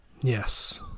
Yes